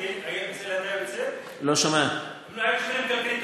אתה מדבר על שיקולים כלכליים.